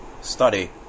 study